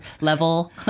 level